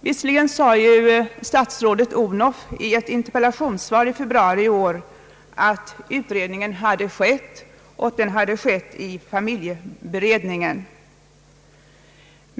Visserligen sade statsrådet Odhnoff i ett interpellationssvar i februari i år, att utredningen hade skett — den hade skett i familjeberedningen.